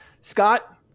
Scott